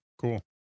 Cool